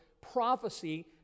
prophecy